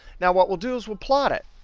now, what we'll do is we'll plot it.